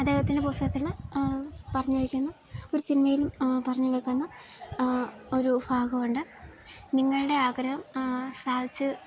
അദ്ദേഹത്തിൻ്റെ പുസ്തകത്തില് പറഞ്ഞിരിക്കുന്ന ഒരു സിനിമയിലും പറഞ്ഞിരിക്കുന്ന ഒരു ഭാഗമുണ്ട് നിങ്ങളുടെ ആഗ്രഹം സാധിച്ച്